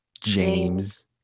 James